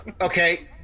Okay